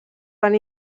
van